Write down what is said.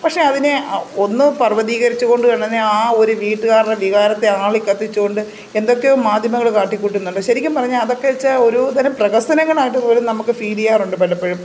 പക്ഷെ അതിനെ ഒന്ന് പർവ്വതീകരിച്ച് കൊണ്ട് അങ്ങനെയാണ് ഒരു വീട്ടുകാരുടെ വികാരത്തെ ആളിക്കത്തിച്ചു കൊണ്ട് എന്തൊക്കെയോ മാധ്യമങ്ങൾ കാട്ടി കൂട്ടുന്നുണ്ട് ശരിക്കും പറഞ്ഞാൽ അതൊക്കെച്ചാ ഓരോ തരം പ്രഹസനങ്ങളായിട്ട് പോലും നമുക്ക് ഫീൽ ചെയ്യാറുണ്ട് പലപ്പോഴും